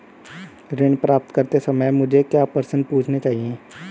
ऋण प्राप्त करते समय मुझे क्या प्रश्न पूछने चाहिए?